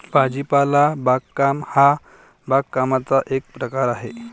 भाजीपाला बागकाम हा बागकामाचा एक प्रकार आहे